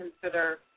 consider